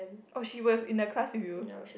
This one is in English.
oh she was in the class with you